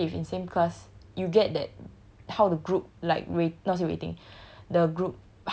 but the thing is especially if in same class you get that how the group like weight not say weighting